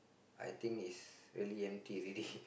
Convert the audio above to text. I think is already empty already